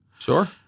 Sure